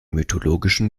mythologischen